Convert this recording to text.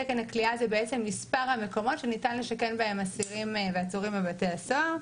תקן הכליאה זה מספר המקומות שניתן לשכן בהם אסירים ועצורים בבתי הסוהר.